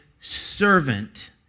servant